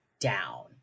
down